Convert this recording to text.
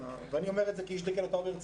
ואני אומר את זה כאיש שגר בהרצליה,